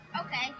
Okay